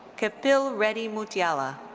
kapil reddy mutyala.